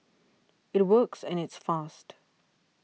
it works and it's fast